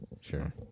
Sure